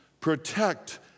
protect